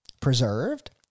preserved